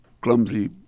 clumsy